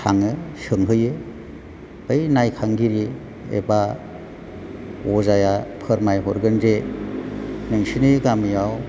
थाङो सोंहैयो बै नायखांगिरि एबा अजाया फोरमायहरगोन जे नोंसोरनि गामियाव